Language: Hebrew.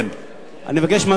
אני מבקש,